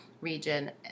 region